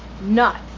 nuts